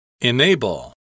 Enable